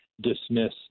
dismiss